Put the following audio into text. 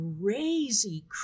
crazy